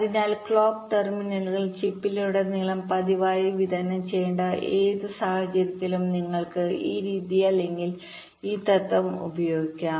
അതിനാൽ ക്ലോക്ക് ടെർമിനലുകൾ ചിപ്പിലുടനീളം പതിവായി വിതരണം ചെയ്യേണ്ട ഏത് സാഹചര്യത്തിലും നിങ്ങൾക്ക് ഈ രീതി അല്ലെങ്കിൽ ഈ തത്വം ഉപയോഗിക്കാം